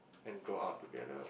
and go out together